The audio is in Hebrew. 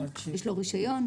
יש לו רישיון,